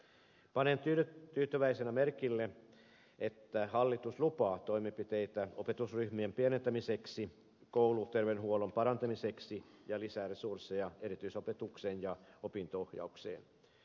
panen tyytyväisenä merkille että hallitus lupaa toimenpiteitä opetusryhmien pienentämiseksi kouluterveydenhuollon parantamiseksi ja lisäresursseja erityisopetukseen ja opinto ohjaukseen